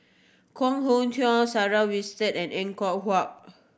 Koh Nguang Sarah Winstedt and Er Kwong Wah